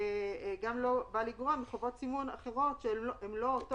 הסעיף המדובר גם לא בא לגרוע מחובות סימון אחרות שהן לא אותו